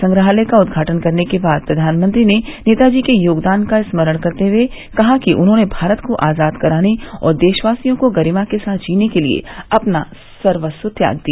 संग्रहालय का उद्घाटन करने के बाद प्रधानमंत्री ने नेता जी के योगदान का स्मरण करते हुए कहा कि उन्होंने भारत को आजाद कराने और देशवासियों को गरिमा के साथ जीने के लिए अपना सर्वस्व त्याग दिया